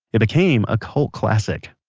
it became a cult classic